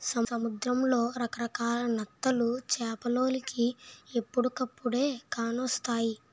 సముద్రంలో రకరకాల నత్తలు చేపలోలికి ఎప్పుడుకప్పుడే కానొస్తాయి